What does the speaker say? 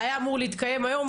היה אמור להתקיים היום,